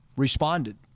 responded